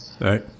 Right